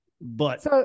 But-